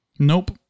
Nope